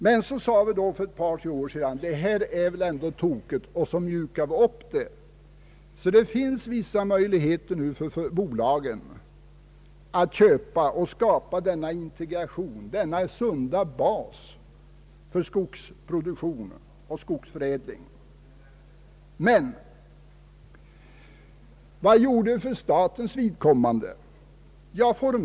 Men för några år sedan ansåg vi att det var tokigt och mjukade upp bestämmelserna, så att det nu finns vissa möjligheter för bolagen att köpa mark och skapa integration — denna sunda bas för skogsproduktionen och skogsförädlingen. Men vad gjorde vi för statens vidkommande?